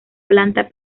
planta